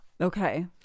Okay